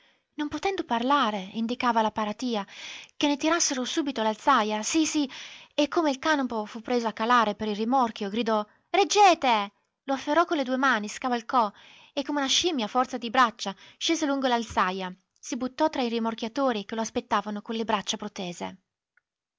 non potendo parlare indicava la paratia che ne tirassero subito l'alzaja sì sì e come il canapo fu preso a calare per il rimorchio gridò reggete lo afferrò con le due mani scavalcò e come una scimmia a forza di braccia scese lungo l'alzaja si buttò tra i rimorchiatori che lo aspettavano con le braccia protese